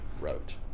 wrote